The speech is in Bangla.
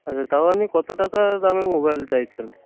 আচ্ছা তাও আপনি কত টাকা দামে মোবাইল চাইছেন